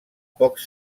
pocs